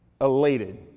Elated